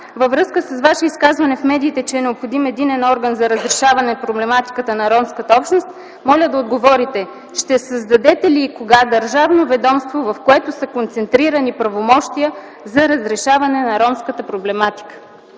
във връзка с Ваше изказване в медиите, че е необходим единен орган за разрешаване проблематиката на ромската общност, моля да отговорите: ще създадете ли и кога държавно ведомство, в което са концентрирани правомощия за разрешаване на ромската проблематика?